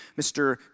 Mr